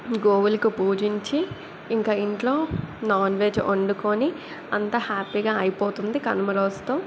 గోవులకు పూజించి ఇంక ఇంట్లో నాన్ వెజ్ వండుకుని అంతా హ్యాపీగా అయిపోతుంది కనుమ రోజుతో